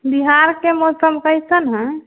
बिहारके मौसम कइसन हइ